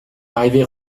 arrivés